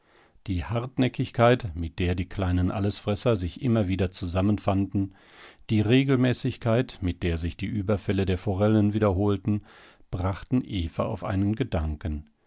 die hartnäckigkeit mit der die kleinen allesfresser sich immer wieder zusammenfanden die regelmäßigkeit mit der sich die überfälle der forellen wiederholten brachten eva auf einen gedanken